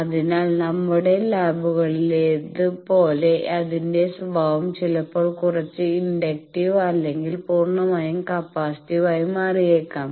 അതിനാൽ നമ്മളുടെ ലാബുകളിലേത് പോലെ അതിന്റെ സ്വഭാവം ചിലപ്പോൾ കുറച്ച് ഇൻഡക്റ്റീവ് അല്ലങ്കിൽ പൂർണ്ണമായും കപ്പാസിറ്റീവ് ആയി മാറിയേക്കാം